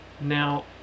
Now